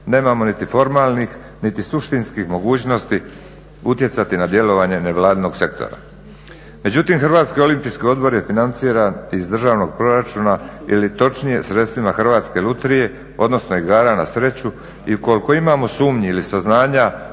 nemamo niti formalnih niti suštinskih mogućnosti utjecati na djelovanje nevladinog sektora. Međutim Hrvatski olimpijski odbor je financiran iz državnog proračuna ili točnije sredstvima Hrvatske lutrije odnosno igara na sreću i ukoliko imamo sumnji ili saznanja